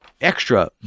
extra